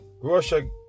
Russia